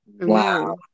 Wow